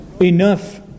enough